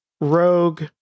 Rogue